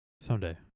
Someday